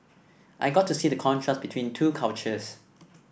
I got to see the contrast between two cultures